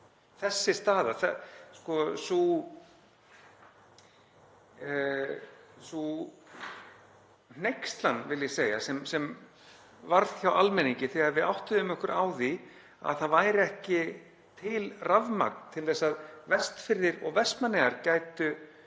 upp úr — sú hneykslan, vil ég segja, sem varð hjá almenningi þegar við áttuðum okkur á því að það væri ekki til rafmagn til að Vestfirðir og Vestmannaeyjar gætu